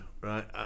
right